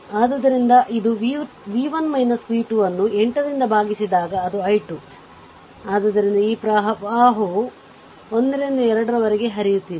ಆದ್ದರಿಂದ ಇದು v 1 v 2 ಅನ್ನು 8 ರಿಂದ ಭಾಗಿಸಿದಾಗ ಇದು i 2 ಆದ್ದರಿಂದ ಈ ಪ್ರವಾಹವು 1 ರಿಂದ 2 ರವರೆಗೆ ಹರಿಯುತ್ತಿದೆ